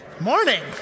Morning